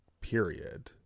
Period